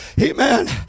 amen